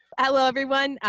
hello, everyone.